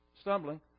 stumbling